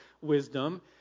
wisdom